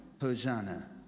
Hosanna